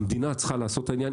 המדינה צריכה לעשות את העניין.